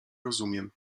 rozumiem